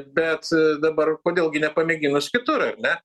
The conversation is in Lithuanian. bet dabar kodėl gi nepamėginus kitur ar ne